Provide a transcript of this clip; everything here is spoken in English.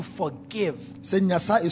forgive